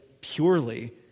purely